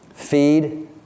feed